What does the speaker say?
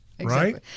Right